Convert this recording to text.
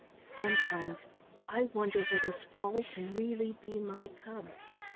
sometimes i wonder whether sprawley can really be my cub.